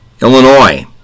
Illinois